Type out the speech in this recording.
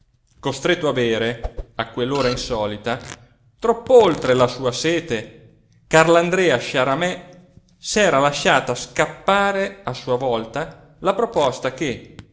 costretto a bere a quell'ora insolita tropp'oltre la sua sete carlandrea sciaramè s'era lasciata scappare a sua volta la proposta che